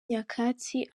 nyakatsi